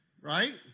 Right